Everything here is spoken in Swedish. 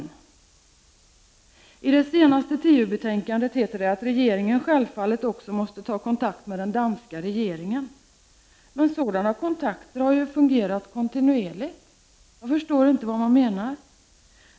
I det senaste TU-betänkandet heter det att regeringen självfallet också måste ta kontakt med den danska regeringen. Men sådana kontakter har ju fungerat kontinuerligt. Jag förstår inte vad man menar.